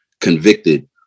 convicted